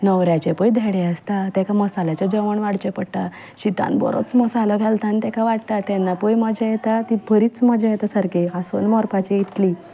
न्हवऱ्याचे पळय धेडे आसता ताका मसाल्याचें जेवण वाडचें पडटा शितान बरोच मसालो घालता आनी ताका वाडटा तेन्ना पळय मजा येता ती बरीच मजा येता सारकी हांसून मरपाचें इतली